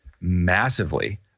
massively